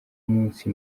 munsi